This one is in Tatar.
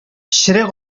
черек